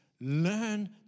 learn